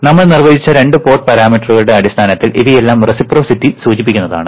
നമ്മൾ നിർവചിച്ച രണ്ട് പോർട്ട് പാരാമീറ്ററുകളുടെ അടിസ്ഥാനത്തിൽ ഇവയെല്ലാം റെസിപ്രൊസിറ്റി സൂചിപ്പിക്കുന്നതാണ്